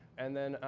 and then,